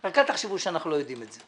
רק אל תחשבו שאנחנו לא יודעים את זה.